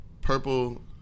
purple